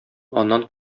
аннан